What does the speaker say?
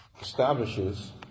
establishes